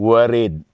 Worried